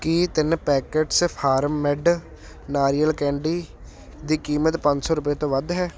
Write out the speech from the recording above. ਕੀ ਤਿੰਨ packets farm made ਨਾਰੀਅਲ candy ਦੀ ਕੀਮਤ ਪੰਜ ਸੋ ਰੁਪਏ ਤੋਂ ਵੱਧ ਹੈ